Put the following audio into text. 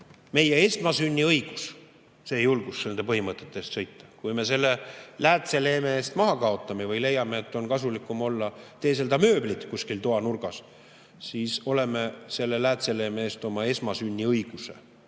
meie esmasünniõigus, julgus nende põhimõtete eest seista. Kui me selle läätseleeme eest maha [müüme] või leiame, et on kasulikum teeselda mööblit kuskil toanurgas, siis oleme läätseleeme eest oma esmasünniõiguse